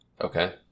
Okay